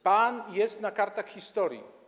Pan jest na kartach historii.